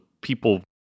people